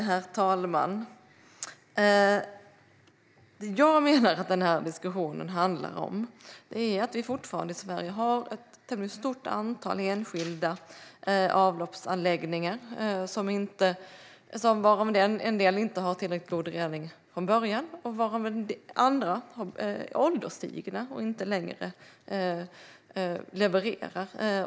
Herr talman! Jag menar att den här diskussionen handlar om att vi i Sverige fortfarande har ett tämligen stort antal enskilda avloppsanläggningar, varav en del inte har en tillräckligt god rening från början och andra är ålderstigna och inte längre levererar.